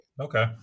Okay